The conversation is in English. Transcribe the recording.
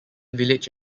village